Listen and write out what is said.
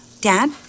Dad